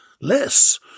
less